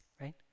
right